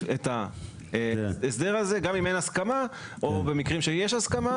את ההסדר הזה גם אם אין הסכמה או במקרים שיש הסכמה.